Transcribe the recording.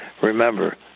remember